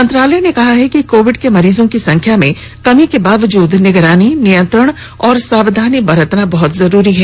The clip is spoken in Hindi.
मंत्रालय ने कहा है कि कोविड के मरीजों की संख्या में कमी के बावजूद निगरानी नियंत्रण और सावधानी बरतना बहुत जरूरी है